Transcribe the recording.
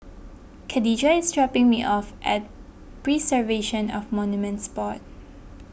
Kadijah is dropping me off at Preservation of Monuments Board